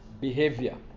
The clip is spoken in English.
behavior